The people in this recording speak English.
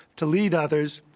to lead others,